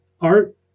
art